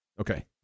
Okay